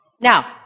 now